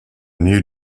new